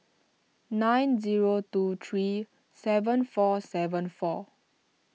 nine zero two three seven four seven four